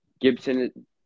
Gibson